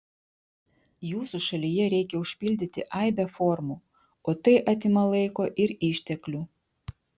jūsų šalyje reikia užpildyti aibę formų o tai atima laiko ir išteklių